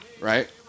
Right